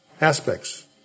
aspects